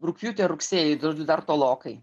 rugpjūtį ar rugsėjį tai žodžiu dar tolokai